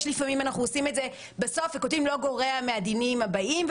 לפעמים אנחנו עושים את זה בסוף וכותבים: לא גורע מהדינים הבאים,